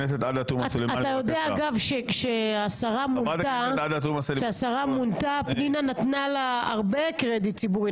אתה יודע אגב שכשהשרה מונתה פנינה נתנה לה הרבה קרדיט ציבורי,